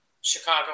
Chicago